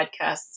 Podcasts